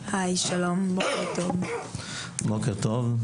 בוקר טוב,